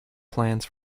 plans